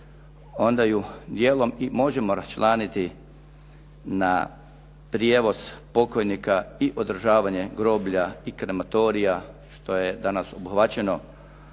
onda ju djelom i možemo raščlaniti na prijevoz pokojnika i održavanje groblja i krematorija što je danas obuhvaćeno